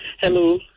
Hello